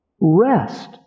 rest